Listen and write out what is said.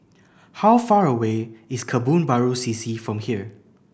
how far away is Kebun Baru C C from here